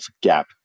gap